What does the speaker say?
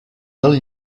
del